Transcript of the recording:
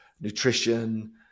nutrition